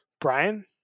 brian